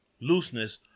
looseness